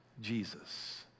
Jesus